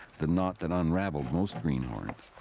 the knot that unravelled most greenhorns.